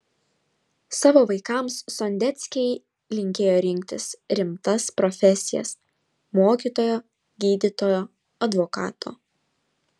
savo vaikams sondeckiai linkėjo rinktis rimtas profesijas mokytojo gydytojo advokato